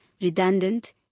redundant